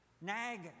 nag